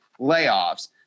layoffs